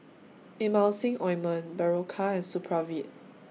Emulsying Ointment Berocca and Supravit